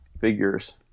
figures